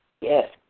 Yes